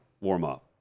warm-up